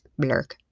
Blurk